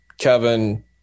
Kevin